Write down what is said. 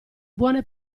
buone